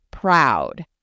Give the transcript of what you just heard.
Proud